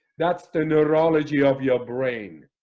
that's the neurology of your brain